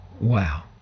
Wow